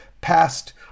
passed